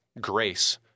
grace